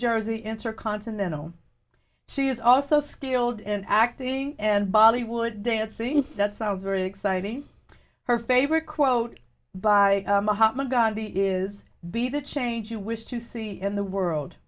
jersey intercontinental she is also skilled in acting and bollywood dancing that sounds very exciting her favorite quote by gandhi is be the change you wish to see in the world